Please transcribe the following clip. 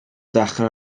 dechrau